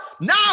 Now